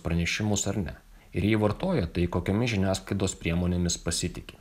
pranešimus ar ne ir jei vartoja tai kokiomis žiniasklaidos priemonėmis pasitiki